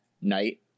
night